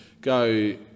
go